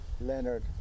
Leonard